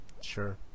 Sure